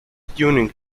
tuning